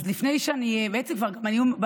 בעצם כבר היום,